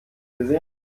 gesehen